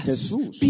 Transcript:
Jesus